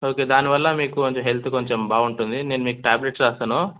okay దానివల్ల మీకు కొంచెం హెల్త్ కొంచెం బాగుంటుంది నేను మీకు ట్యాబ్లెట్స్ రాస్తాను